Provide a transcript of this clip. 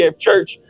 Church